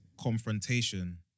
confrontation